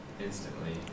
instantly